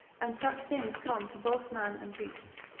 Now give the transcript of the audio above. and such things come to both man and beast,